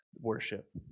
worship